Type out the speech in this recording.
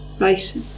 Right